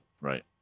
Right